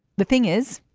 the thing is,